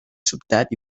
sobtat